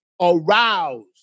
aroused